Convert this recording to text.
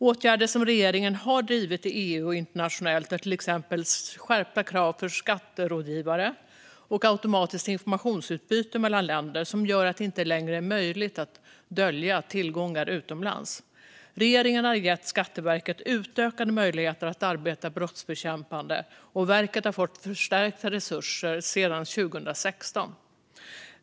Åtgärder som regeringen har drivit i EU och internationellt är till exempel skärpta krav för skatterådgivare och automatiskt informationsutbyte mellan länder som gör att det inte längre är möjligt att dölja tillgångar utomlands. Regeringen har gett Skatteverket utökade möjligheter att arbeta brottsbekämpande, och verket har fått förstärkta resurser sedan 2016.